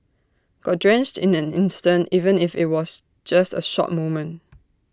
got drenched in an instant even if IT was just A short moment